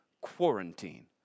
quarantine